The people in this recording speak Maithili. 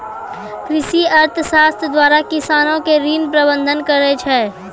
कृषि अर्थशास्त्र द्वारा किसानो के ऋण प्रबंध करै छै